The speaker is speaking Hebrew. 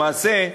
למעשה,